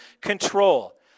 control